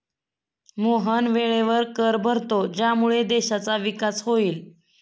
मोहन वेळेवर कर भरतो ज्यामुळे देशाचा विकास होईल